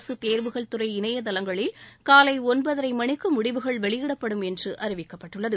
அரசு தேர்வுகள் துறை இணைதளங்களில் காலை ஒன்பதரை மணிக்கு முடிவுகள் வெளியிடப்படும் என்று அறிவிக்கப்பட்டுள்ளது